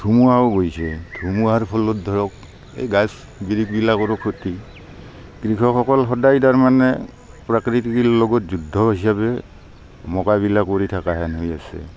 ধুমুহাও গৈছে ধুমুহাৰ ফলত ধৰক এই গছ বিৰিখ বিলাকৰো খতি কৃষকসকল সদাই তাৰমানে প্ৰকৃতিৰ লগত যুদ্ধ হিচাপে মোকাবিলা কৰি থকা যেন হৈ আছে